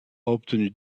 obtenu